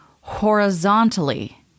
horizontally